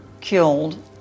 killed